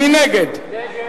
מי נגד?